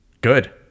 Good